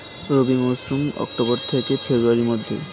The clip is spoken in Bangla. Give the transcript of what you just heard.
রবি মৌসুম অক্টোবর থেকে ফেব্রুয়ারির মধ্যে